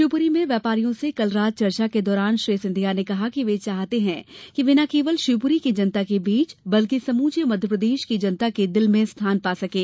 शिवपुरी में व्यापारियों से कल रात चर्चा के दौरान श्री सिंधिया ने कहा कि वे चाहते हैं कि वे न केवल शिवपुरी की जनता के बीच बल्कि समूचे मध्यप्रदेश की जनता के दिल में स्थान पा सकें